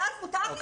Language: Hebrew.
ואז מותר לי?